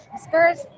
Spurs